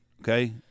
okay